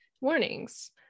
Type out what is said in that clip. warnings